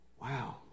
Wow